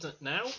now